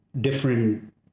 different